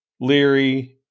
Leary